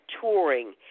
touring